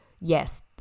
yes